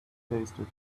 tasted